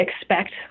expect